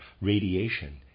radiation